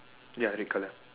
ya red color